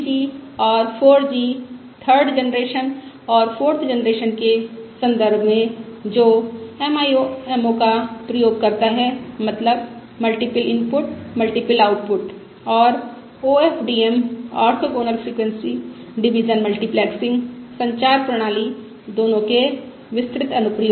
इसके मूल रूप से सेल्यूलर नेटवर्क में 3G और 4G थर्ड जनरेशन और फोर्थ जनरेशन के संदर्भ में जो MIMO का प्रयोग करता है मतलब मल्टीपल इनपुट मल्टीपल निर्गत और OFDM orthogonal frequency division multiplexing संचार प्रणाली दोनों के विस्तृत अनुप्रयोग